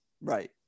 Right